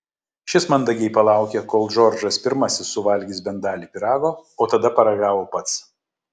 šis mandagiai palaukė kol džordžas pirmasis suvalgys bent dalį pyrago o tada paragavo pats